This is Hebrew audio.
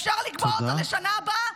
אפשר לקבוע אותה לשנה הבאה,